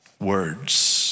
words